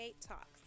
Talks